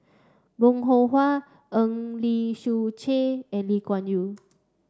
Bong Hiong Hwa Eng Lee Seok Chee and Lee Kuan Yew